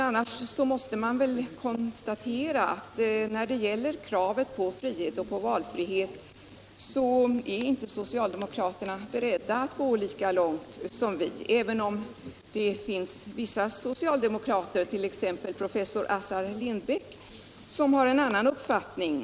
Annars måste man väl konstatera att när det gäller kravet på frihet och valfrihet är socialdemokraterna inte beredda att gå lika långt som vi, även om det finns vissa socialdemokrater, t.ex. Assar Lindbeck, som har en annan uppfattning.